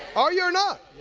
are you or not?